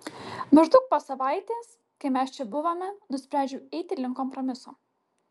maždaug po savaitės kai mes čia buvome nusprendžiau eiti link kompromiso